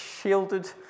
shielded